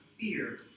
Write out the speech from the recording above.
fear